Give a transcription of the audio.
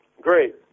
great